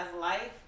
life